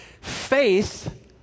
faith—